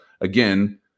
again